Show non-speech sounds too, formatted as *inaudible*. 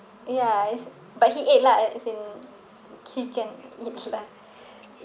ya is but he ate lah as in he can eat *laughs* lah